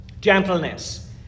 Gentleness